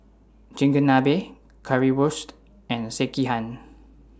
Chigenabe Currywurst and Sekihan